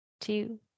two